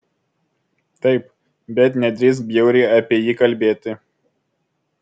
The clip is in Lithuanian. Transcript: taip bet nedrįsk bjauriai apie jį kalbėti